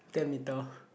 ten meter